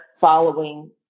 following